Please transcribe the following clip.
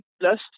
plus